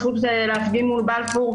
הוא כלוא בסיטואציה שלא הוא צריך לפתור.